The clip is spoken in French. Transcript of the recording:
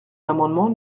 l’amendement